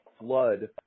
flood